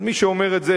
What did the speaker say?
אז מי שאומר את זה,